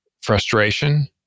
frustration